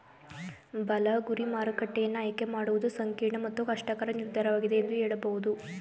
ಬಲ ಗುರಿ ಮಾರುಕಟ್ಟೆಯನ್ನ ಆಯ್ಕೆ ಮಾಡುವುದು ಸಂಕೀರ್ಣ ಮತ್ತು ಕಷ್ಟಕರ ನಿರ್ಧಾರವಾಗಿದೆ ಎಂದು ಹೇಳಬಹುದು